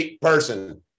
person